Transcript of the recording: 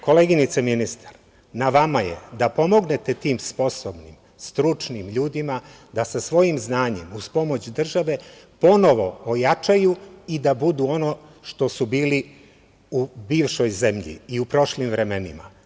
Koleginice ministar, na vama je da pomognete tim sposobnim, stručnim ljudima da sa svojim znanjem, uz pomoć države ponovo ojačaju i da budu ono što su bili u bivšoj zemlji i u prošlim vremenima.